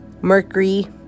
Mercury